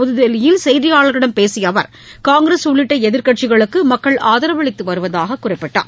புதுதில்லியில் செய்தியாளர்களிடம் பேசிய அவர் இன்று காங்கிரஸ் உள்ளிட்ட எதிர்க்கட்சிகளுக்கு மக்கள் ஆதரவளித்து வருவதாக குறிப்பிட்டார்